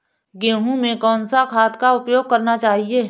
गेहूँ में कौन सा खाद का उपयोग करना चाहिए?